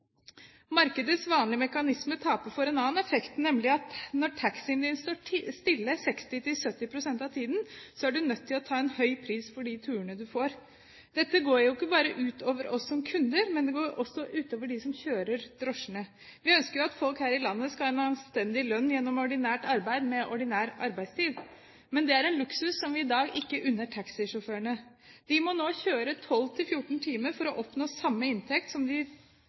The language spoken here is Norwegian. Markedets vanlige mekanisme taper for en annen effekt, nemlig at når taxiene står stille 60–70 pst. av tiden, er de nødt til å ta en høy pris for de turene de får. Dette går jo ikke bare ut over oss som kunder, men det går også ut over dem som kjører drosjene. Vi ønsker at folk her i landet skal ha en anstendig lønn gjennom ordinært arbeid med ordinær arbeidstid, men det er en luksus vi i dag ikke unner taxisjåførene. De må nå kjøre 12–14 timer for å oppnå samme inntekt som de